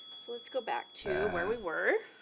so let's go back to where we were.